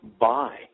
buy